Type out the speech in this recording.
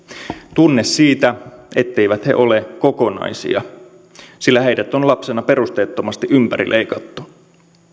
tunne siitä etteivät he ole kokonaisia sillä heidät on lapsena perusteettomasti ympärileikattu